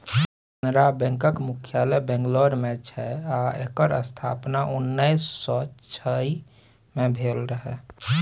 कैनरा बैकक मुख्यालय बंगलौर मे छै आ एकर स्थापना उन्नैस सँ छइ मे भेल रहय